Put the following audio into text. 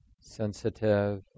sensitive